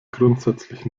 grundsätzlich